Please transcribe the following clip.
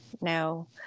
no